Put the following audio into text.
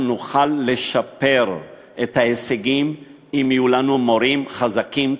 אנחנו נוכל לשפר את ההישגים אם יהיו לנו מורים חזקים,